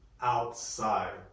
outside